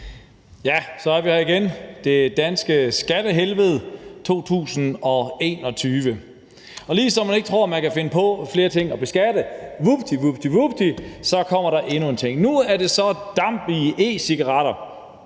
Ja, så er vi her igen: det danske skattehelvede, 2021. Lige som man ikke tror, nogen kunne finde på flere ting at beskatte, kommer der – vupti, vupti! – endnu en ting. Nu er det så damp i e-cigaretter.